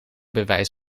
bewijs